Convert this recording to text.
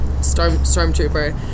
stormtrooper